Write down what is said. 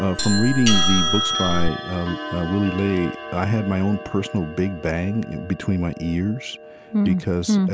ah from reading the books by willy ley, i had my own personal big bang between my ears because,